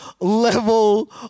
level